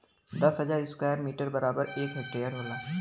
दस हजार square metre बराबर एक हेक्टेयर होला